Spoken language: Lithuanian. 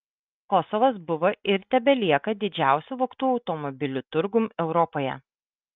kosovas buvo ir tebelieka didžiausiu vogtų automobilių turgum europoje